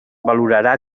valorarà